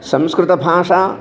संस्कृतभाषा